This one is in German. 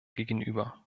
gegenüber